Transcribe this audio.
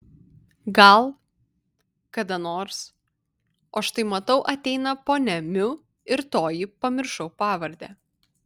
gal kada nors o štai matau ateina ponia miu ir toji pamiršau pavardę